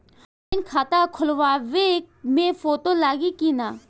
Online खाता खोलबाबे मे फोटो लागि कि ना?